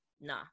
Nah